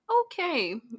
okay